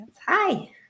Hi